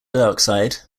dioxide